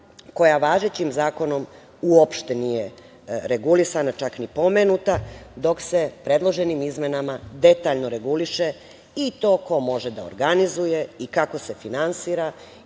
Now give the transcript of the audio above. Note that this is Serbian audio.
koja važećim zakonom uopšte nije regulisana, čak ni pomenuta, dok se predloženim izmenama detaljno reguliše i to ko može da organizuje i kako se finansira